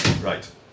Right